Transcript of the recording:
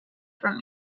from